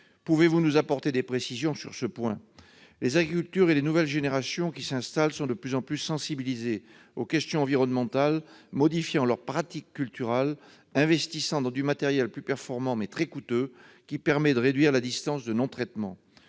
pouvez-vous nous apporter des précisions sur ce point ? Les agriculteurs et les nouvelles générations qui s'installent sont de plus en plus sensibilisés aux questions environnementales : ils modifient leurs pratiques culturales et investissent dans du matériel plus performant, mais très coûteux, qui permet de réduire la distance de non-traitement.